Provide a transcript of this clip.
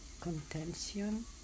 contention